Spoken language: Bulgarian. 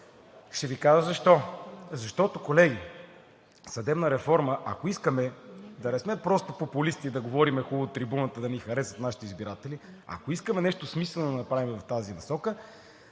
Ще Ви кажа защо. Защото, колеги, съдебна реформа, ако искаме да не сме просто популисти, и да говорим хубаво от трибуната, за да ни харесат нашите избиратели, ако искаме нещо смислено да направим в тази насока,